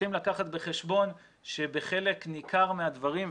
צריכים לקחת בחשבון שבחלק ניכר מהדברים,